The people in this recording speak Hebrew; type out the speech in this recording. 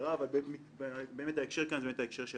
הסדרה אבל באמת ההקשר כאן הוא ההקשר של